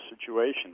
situation